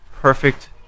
Perfect